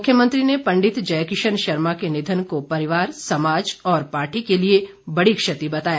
मुख्यमंत्री ने पंडित जयकिशन शर्मा के निधन को परिवार समाज और पार्टी के लिए बड़ी क्षति बताया